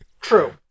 True